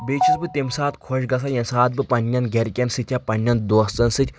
بیٚیہِ چھُس بہٕ تیٚمہِ ساتہٕ خۄش گژھان ییٚمہِ ساتہٕ بہٕ پننٮ۪ن گرِکٮ۪ن سۭتۍ یا پننٮ۪ن دوستن سۭتۍ